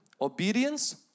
Obedience